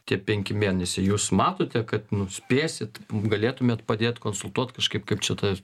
tie penki mėnesiai jūs matote kad nu spėsit galėtumėt padėt konsultuot kažkaip kaip čia ta